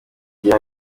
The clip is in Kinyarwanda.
gira